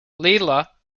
lila